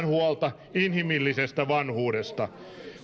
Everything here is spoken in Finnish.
huolta inhimillisestä vanhuudesta